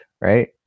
right